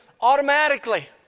automatically